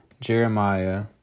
Jeremiah